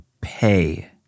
pay